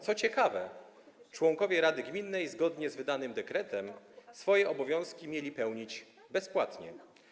Co ciekawe, członkowie rady gminnej zgodnie z wydanym dekretem swoje obowiązki mieli pełnić bezpłatnie.